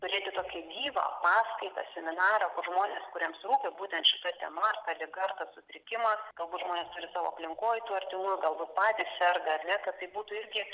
turėti tokią gyvą paskaitą seminarą kur žmonės kuriems rūpi būtent šita tema ta liga ar tas sutrikimas galbūt žmonės turi savo aplinkoj tų artimųjų galbūt patys serga ar ne kad tai būtų irgi